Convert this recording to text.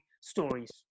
stories